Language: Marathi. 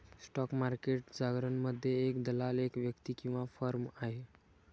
स्टॉक मार्केट जारगनमध्ये, एक दलाल एक व्यक्ती किंवा फर्म आहे